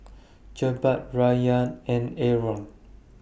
Jebat Rayyan and Aaron